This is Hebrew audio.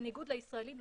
בניגוד לישראלים,